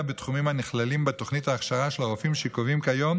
בתחומים הנכללים בתוכנית ההכשרה של הרופאים שקובעים כיום